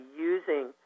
using